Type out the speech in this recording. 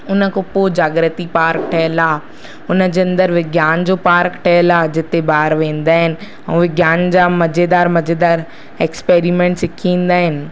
उनखां पोइ जाग्रती पार्क ठहियल आहे उनजे अंदरि विज्ञान जो पार्क ठहियल आहे जिते ॿार वेंदा आहिनि ऐं विज्ञान जा मज़ेदारु मज़ेदारु एक्सपेरीमेंट सिखी ईंदा आहिनि